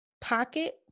pocket